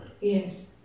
Yes